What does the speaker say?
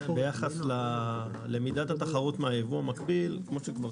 ביחס למידת התחרות מהייבוא המקביל, כמו שכבר